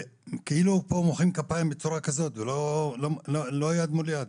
פה כאילו מוחאים כפיים אבל לא יד מול יד.